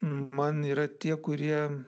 man yra tie kurie